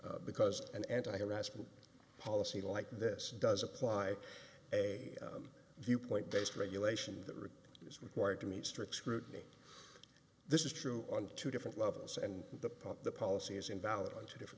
vague because an anti harassment policy like this does apply a viewpoint based regulation that is required to meet strict scrutiny this is true on two different levels and the part the policy is invalid on two different